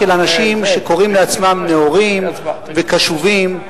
של אנשים שקוראים לעצמם נאורים וקשובים,